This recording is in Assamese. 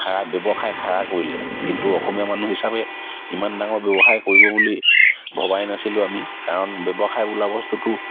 খাৰা ব্যৱসায় খাৰা কৰিলে কিন্তু অসমীয়া মানুহ হিচাপে ইমান ডাঙৰ ব্যৱসায় কৰিব বুলি ভবাই নাছিলোঁ আমি কাৰণ ব্যৱসায় বোলা বস্তুটো